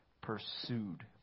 pursued